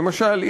למשל,